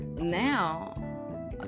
now